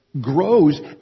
grows